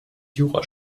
jura